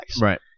Right